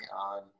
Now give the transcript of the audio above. on